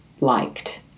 liked